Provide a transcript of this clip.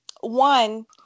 one